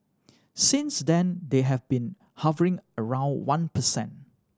since then they have been hovering around one per cent